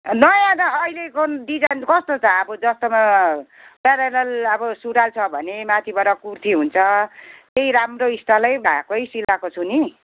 नयाँ त अहिलेको डिजाइन कस्तो छ अब जस्तोमा प्यारालल अब सुरुवाल छ भने माथिबाट कुर्ती हुन्छ त्यही राम्रो स्टाइलै भएकै सिलाएको छु नि